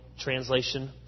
translation